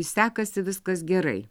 sekasi viskas gerai